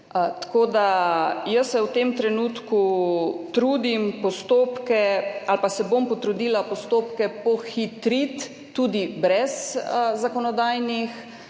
na bolje. Jaz se v tem trenutku trudim postopke ali se bom potrudila postopke pohitriti tudi brez zakonodajnih